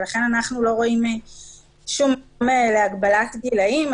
ולכן אנחנו לא רואים שום מקום להגבלת גילאים.